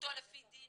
בכשרותו לפי דין